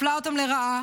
מפלה אותם לרעה,